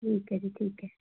ਠੀਕ ਹੈ ਜੀ ਠੀਕ ਹੈ